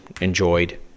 enjoyed